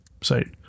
site